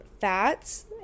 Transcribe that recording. fats